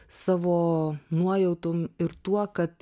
savo nuojautom ir tuo kad